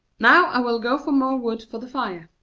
now i will go for more wood for the fire.